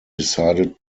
decided